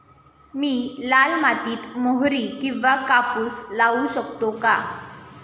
मी लाल मातीत मोहरी किंवा कापूस लावू शकतो का?